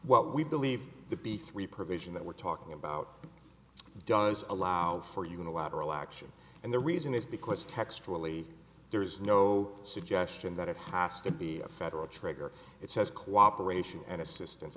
what we believe to be three provision that we're talking about does allow for unilateral action and the reason is because texturally there is no suggestion that it hostile be a federal trigger it says cooperation and assistance